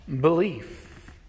belief